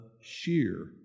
sheer